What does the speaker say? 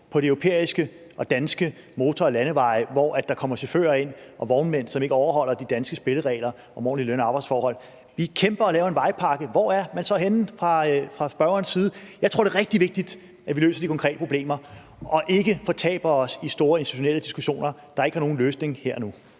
på de europæiske og danske motor- og landeveje, hvor der kommer chauffører og vognmænd ind, som ikke overholder de danske spilleregler om ordentlige løn- og arbejdsforhold. Vi kæmper for at lave en vejpakke, men hvor er man så henne fra spørgerens side? Jeg tror, det er rigtig vigtigt, at vi løser de konkrete problemer og ikke fortaber os i store intentionelle diskussioner, der ikke har nogen løsning her og nu.